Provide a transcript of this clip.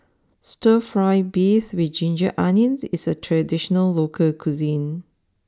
Stir Fry Beef with Ginger Onions is a traditional local cuisine